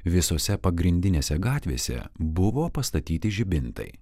visose pagrindinėse gatvėse buvo pastatyti žibintai